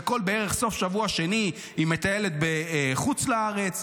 ובערך כל סוף שבוע שני היא מטיילת בחוץ לארץ.